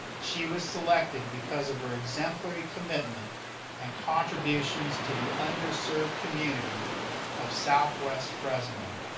she was selected because of her exemplary commitment and contributions to the underserved community of southwest fresno.